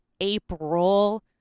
April